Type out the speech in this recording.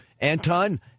Anton